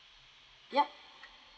yup